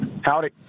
Howdy